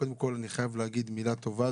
קודם כל אני חייב להגיד מילה טובה.